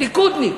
ליכודניק,